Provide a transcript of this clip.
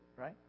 right